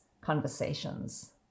conversations